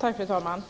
Fru talman!